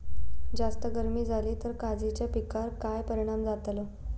जास्त गर्मी जाली तर काजीच्या पीकार काय परिणाम जतालो?